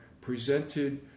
presented